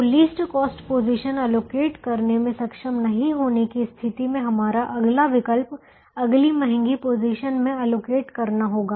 तो least cost position allocate करने में सक्षम नहीं होने की स्थिति में हमारा अगला विकल्प अगली महंगी पोजीशन में अलोकेट करना होगा